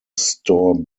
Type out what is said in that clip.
store